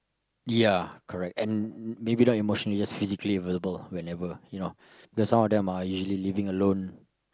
ya correct and maybe not emotionally just physically available whenever you know cause some of them are actually living alone